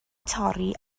torri